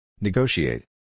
Negotiate